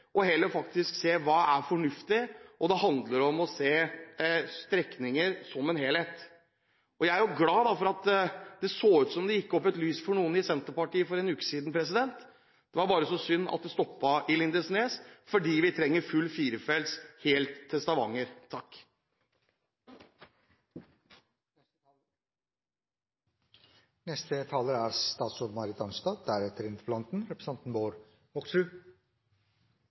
og heller faktisk se hva som er fornuftig. Det handler om å se strekninger som en helhet. Jeg er glad for at det så ut som det gikk opp et lys for noen i Senterpartiet for en uke siden. Det var bare så synd at det stoppet i Lindesnes fordi vi trenger full firefelts vei helt til Stavanger.